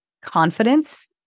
confidence